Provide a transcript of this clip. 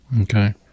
okay